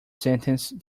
sentence